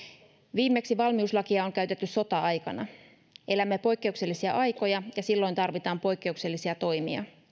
viimeksi valmiuslakia on on käytetty sota aikana elämme poikkeuksellisia aikoja ja silloin tarvitaan poikkeuksellisia toimia